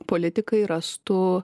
politikai rastų